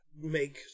Make